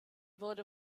wurde